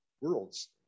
worlds